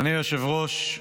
אדוני היושב-ראש,